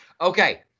Okay